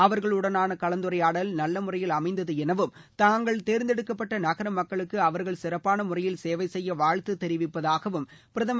அவர்களுடனான கலந்துரையாடல் நல்ல முறையில் அமைந்தது எனவும் தாங்கள் தேர்ந்தெடுக்கப்பட்ட நகர மக்களுக்கு அவர்கள் சிறப்பான முறையில் சேவை செய்ய வாழ்த்து தெரிவிப்பதாகவும் பிரதமர் டுவிட்டரில் கூறியுள்ளார்